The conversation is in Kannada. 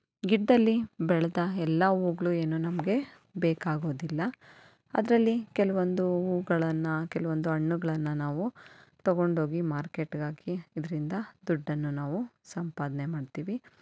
ಗಿಡದಲ್ಲಿ ಬೆಳೆದ ಎಲ್ಲ ಹೂಗ್ಳು ಏನು ನಮಗೆ ಬೇಕಾಗೋದಿಲ್ಲ ಅದರಲ್ಲಿ ಕೆಲವೊಂದು ಹೂಗಳನ್ನ ಕೆಲವೊಂದು ಹಣ್ಣುಗಳನ್ನ ನಾವು ತೊಗೊಂಡೋಗಿ ಮಾರ್ಕೆಟ್ಗೆ ಹಾಕಿ ಇದರಿಂದ ದುಡ್ಡನ್ನು ನಾವು ಸಂಪಾದನೆ ಮಾಡ್ತೀವಿ